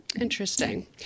interesting